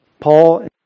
Paul